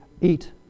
eat